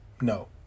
No